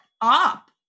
up